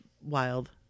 wild